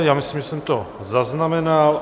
Já myslím, že jsem to zaznamenal.